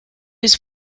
his